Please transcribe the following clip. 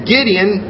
Gideon